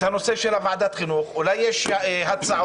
את הנושא של ועדת חינוך, אולי יש הצעות.